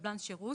קבלן השירות,